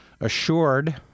assured